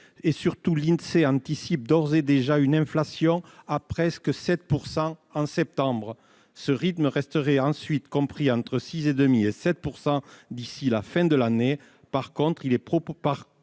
Surtout, l'Insee anticipe d'ores et déjà une inflation à presque 7 % en septembre. Ce rythme resterait ensuite compris entre 6,5 % et 7 % d'ici à la fin d'année. Par conséquent,